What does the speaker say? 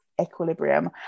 equilibrium